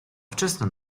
wczesna